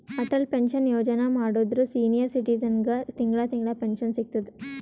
Atal pension Yojana ಮಾಡುದ್ರ senior ಸಿಟಿಜನ್ಗ ತಿಂಗಳಾ ತಿಂಗಳಾ ಪೆನ್ಶನ್ ಸಿಗ್ತುದ್